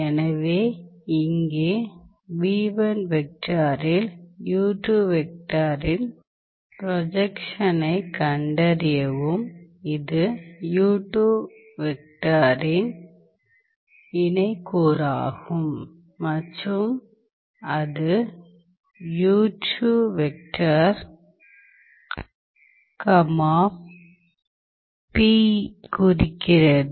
எனவே இங்கே இல் இன் ப்ரொஜெக்ஷனைக் கண்டறியவும் இது இன் இணை கூறாகும் மற்றும் அது குறிக்கப்படுகிறது